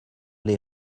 les